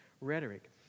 rhetoric